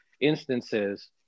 instances